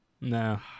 No